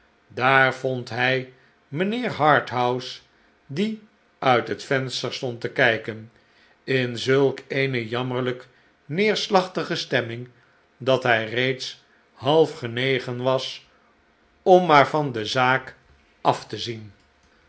daar vond hij mijnheer harthouse die uit het venster stond te kijken in zulk eene jammerlijk neerslachtige stemming dat hij reeds half genegen was om maar van de zaak afte zien